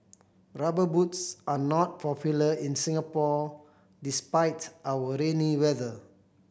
Rubber Boots are not popular in Singapore despite our rainy weather